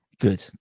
good